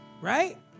Right